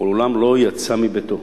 הוא מעולם לא יצא מביתו,